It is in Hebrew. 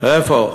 איפה?